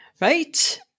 Right